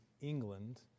England